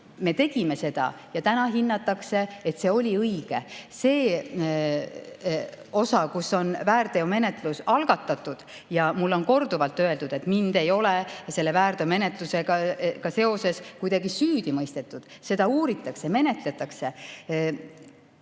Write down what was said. Meie tegime seda ja täna on hinnatud, et see oli õige. Nüüd see osa, mille kohta on väärteomenetlus algatatud. Mulle on korduvalt öeldud, et mind ei ole selle väärteomenetlusega seoses kuidagi süüdi mõistetud, seda uuritakse, menetletakse.